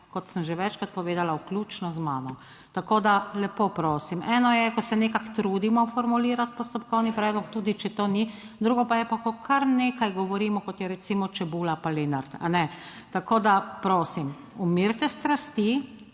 kot sem že večkrat povedala, vključno z mamo. Tako da, lepo prosim, eno je, ko se nekako trudimo formulirati postopkovni predlog, tudi če to ni. Drugo pa je, ko kar nekaj govorimo, kot je recimo čebula pa Lenart, a ne? Tako, da prosim umirite strasti,